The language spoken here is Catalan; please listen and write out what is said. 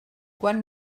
quan